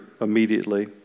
immediately